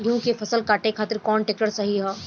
गेहूँ के फसल काटे खातिर कौन ट्रैक्टर सही ह?